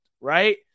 right